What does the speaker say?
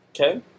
okay